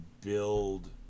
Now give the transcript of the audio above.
build